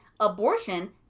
Abortion